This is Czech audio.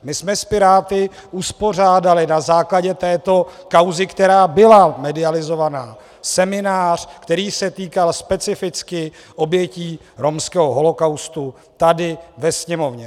My jsme s Piráty uspořádali na základě této kauzy, která byla medializovaná, seminář, který se týkal specificky obětí romského holokaustu, tady ve Sněmovně.